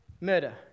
murder